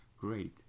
Great